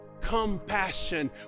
compassion